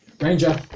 Ranger